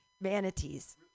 manatees